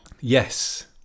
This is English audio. Yes